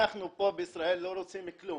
אנחנו פה בישראל לא רוצים כלום,